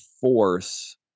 force